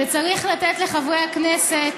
וצריך לתת לחברי הכנסת